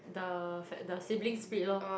the the siblings split lor